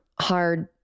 hard